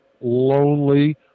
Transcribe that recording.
lonely